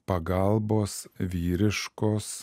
pagalbos vyriškos